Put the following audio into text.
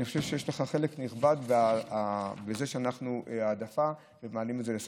ואני חושב שיש לך חלק נכבד בהעדפה ובכך שמעלים את זה על סדר-היום.